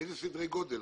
באילו סדרי גודל?